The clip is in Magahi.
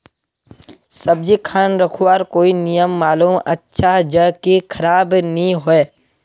सब्जी खान रखवार कोई नियम मालूम अच्छा ज की खराब नि होय?